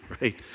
right